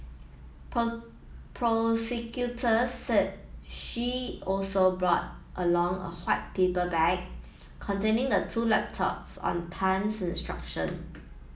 prosecutors said she also brought along a white paper bag containing the two laptops on Tan's instruction